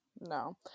No